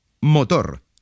Motor